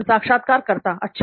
साक्षात्कारकर्ता अच्छा